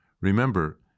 Remember